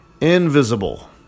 invisible